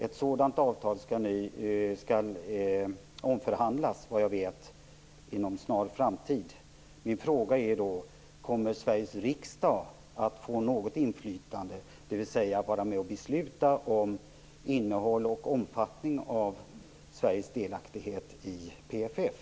Ett nytt sådant avtal skall såvitt jag vet omförhandlas inom en snar framtid. Min fråga är: Kommer Sveriges riksdag då att få något inflytande, dvs. få vara med om att besluta om innehåll i och omfattning av Sveriges delaktighet i PFF?